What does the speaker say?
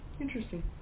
interesting